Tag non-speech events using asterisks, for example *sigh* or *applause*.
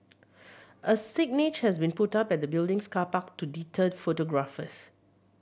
*noise* a signage has been put up at the building's car park to deter photographers